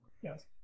Yes